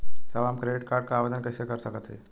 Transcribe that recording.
साहब हम credit card क आवेदन कइसे कर सकत हई?